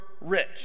rich